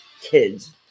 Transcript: kids